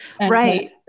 right